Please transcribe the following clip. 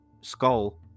skull